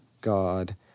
God